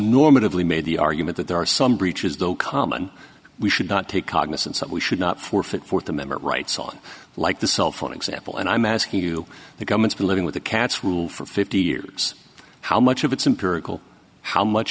normatively made the argument that there are some breaches though common we should not take cognisance that we should not forfeit fourth amendment rights on like the cell phone example and i'm asking you the government's been living with the cats room for fifty years how much of it's imperial how much